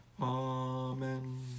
Amen